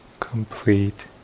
Complete